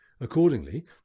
Accordingly